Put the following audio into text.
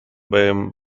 beim